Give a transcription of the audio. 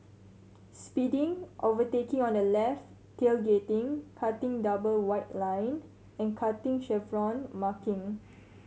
speeding overtaking on the left tailgating cutting double white line and cutting chevron marking